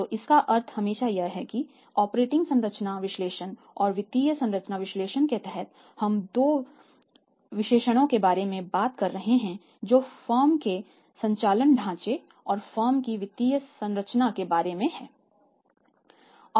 तो इसका अर्थ हमेशा यह है कि ऑपरेटिंग संरचना विश्लेषण और वित्तीय संरचना विश्लेषण के तहत हम दो विश्लेषणों के बारे में बात कर रहे हैं जो फर्म के संचालन ढांचे और फर्म की वित्तीय संरचना के बारे में हैं